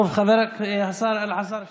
טוב, השר אלעזר שטרן,